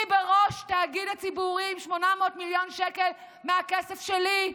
היא בראש תאגיד ציבורי עם 800 מיליון שקל מהכסף שלי,